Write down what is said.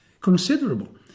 considerable